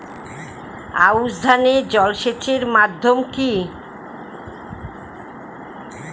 আউশ ধান এ জলসেচের মাধ্যম কি?